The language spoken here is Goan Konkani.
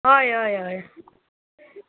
हय हय हय